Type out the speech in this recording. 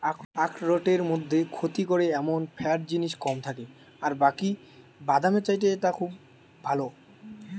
আখরোটের মধ্যে ক্ষতি করে এমন ফ্যাট জিনিস কম থাকে আর বাকি বাদামের চাইতে ওটা খুব ভালো